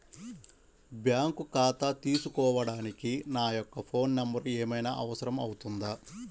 Bank ఖాతా తీసుకోవడానికి నా యొక్క ఫోన్ నెంబర్ ఏమైనా అవసరం అవుతుందా?